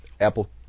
Apple